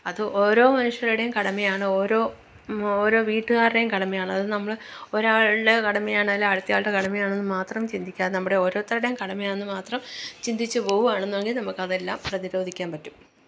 അത് ഓരോ മനുഷ്യരുടേയും കടമയാണ് ഓരോ ഓരോ വീട്ടുകാരുടെയും കടമയാണ് അത് നമ്മള് ഒരാളുടെ കടമയാണ് അല്ല അടുത്ത ആളുടെ കടമയാണെന്ന് മാത്രം ചിന്തിക്കാതെ നമ്മുടെ ഓരോരുത്തരുടെയും കടമയാണെന്ന് മാത്രം ചിന്തിച്ച് പോകുവാണെന്നുടെങ്കിൽ നമുക്കതെല്ലാം പ്രതിരോധിക്കാൻ പറ്റും